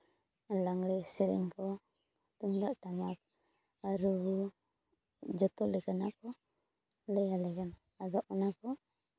ᱞᱟᱜᱽᱬᱮ ᱥᱮᱨᱮᱧ ᱠᱚ ᱛᱩᱢᱫᱟᱜ ᱴᱟᱢᱟᱠ ᱨᱩᱨᱩ ᱡᱚᱛᱚ ᱞᱮᱠᱟᱱᱟᱜ ᱠᱚ ᱞᱟᱹᱭ ᱟᱞᱮ ᱠᱟᱱᱟ ᱟᱫᱚ ᱚᱱᱟ ᱠᱚ